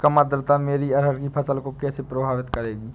कम आर्द्रता मेरी अरहर की फसल को कैसे प्रभावित करेगी?